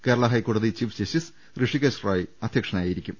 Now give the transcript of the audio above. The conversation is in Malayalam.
കേരള ഹൈക്കോടതി ചീഫ് ജസ്റ്റിസ് ഋഷികേശ് റോയ് അധൃക്ഷനായിരിക്കും